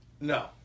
No